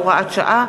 הוראת שעה),